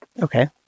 Okay